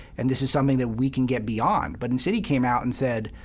and this is something that we can get beyond. but instead he came out and said,